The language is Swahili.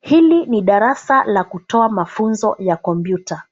Hili ni darasa la kutoa mafunzo ya kompyuta